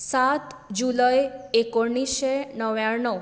सात जुलय एकोणिशें णव्याण्णव